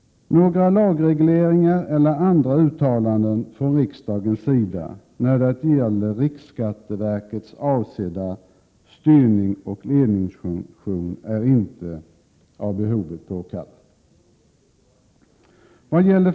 Några lagregleringar eller andra uttalanden från riksdagens sida när det gäller riksskatteverkets avsedda styrning och ledningsfunktion är inte av behovet påkallade.